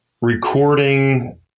recording